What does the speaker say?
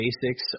basics